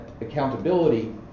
accountability